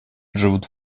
живут